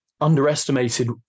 underestimated